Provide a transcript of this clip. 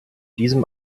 diesem